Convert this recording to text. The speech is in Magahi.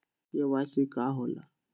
के.वाई.सी का होला?